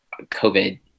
COVID